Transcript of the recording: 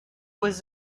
was